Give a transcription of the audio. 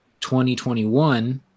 2021